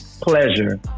pleasure